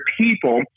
people